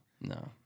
no